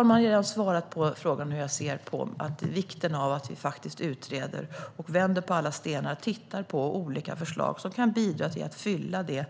Jag har redan svarat på hur jag ser på vikten av att vi utreder och att vi vänder på alla stenar och tittar på olika förslag som kan bidra till att kompensera